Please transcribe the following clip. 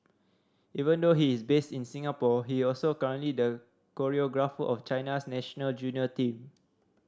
even though he is based in Singapore he also currently the choreographer of China's national junior team